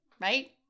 right